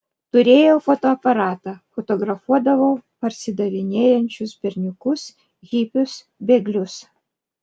turėjau fotoaparatą fotografuodavau parsidavinėjančius berniukus hipius bėglius